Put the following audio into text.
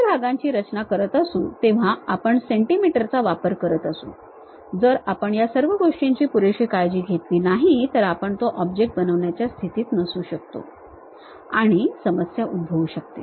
पुढील भागाची रचना करत असू तेव्हा आपण सेंटीमीटर चा वापर करीत असू जर आपण या सर्व गोष्टींची पुरेशी काळजी घेतली नाही तर आपण तो ऑब्जेक्ट बनवण्याच्या स्थितीत नसू शकतो आणि समस्या उद्भवू शकते